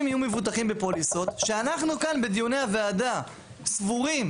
יהיו מבוטחים בפוליסות שאנחנו כאן בדיוני הוועדה סבורים,